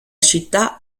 città